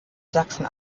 sachsen